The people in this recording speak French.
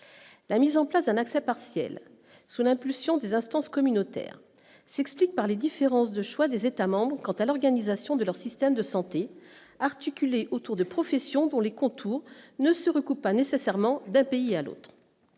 la mise en place d'un accès partiel sous l'impulsion des instances communautaires, c'est expliquent par les différences de choix des États-membres quant à l'organisation de leur système de santé articulé autour de professions dont les contours ne se recoupent pas nécessairement d'un pays à l'autre,